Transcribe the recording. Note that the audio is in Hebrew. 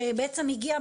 שבעצם הגיעה,